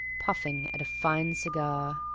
puffing at a fine cigar